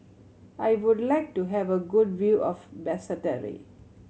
I would like to have a good view of Basseterre